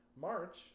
march